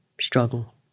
struggle